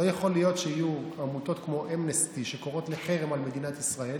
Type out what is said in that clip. לא יכול להיות שיהיו עמותות כמו אמנסטי שקוראות לחרם על מדינת ישראל